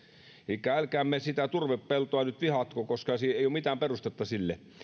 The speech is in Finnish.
elikkä älkäämme sitä turvepeltoa nyt vihatko koska ei ole mitään perustetta sille